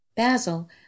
Basil